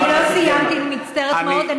אני לא סיימתי, אני מצטערת מאוד.